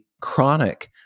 chronic